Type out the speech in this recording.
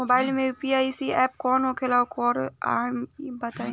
Mobile म UPI आधारित app कौन होला ओकर नाम बताईं?